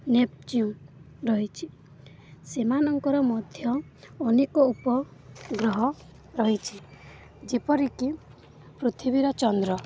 Neptune ରହିଛି ସେମାନଙ୍କର ମଧ୍ୟ ଅନେକ ଉପଗ୍ରହ ରହିଛିି ଯେପରିକି ପୃଥିବୀର ଚନ୍ଦ୍ର